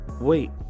Wait